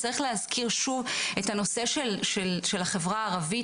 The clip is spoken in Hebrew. צריך להזכיר שוב את הנושא של החברה הערבית,